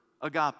agape